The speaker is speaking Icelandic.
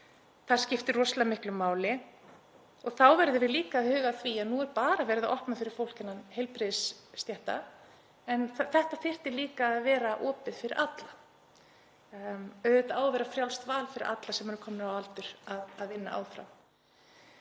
Það skiptir rosalega miklu máli. Þá verðum við líka að huga að því að nú er bara verið að opna fyrir fólk innan heilbrigðisstétta en þetta þyrfti líka að vera opið fyrir alla. Auðvitað á það að vera frjálst val fyrir alla sem eru komnir á aldur að vinna áfram.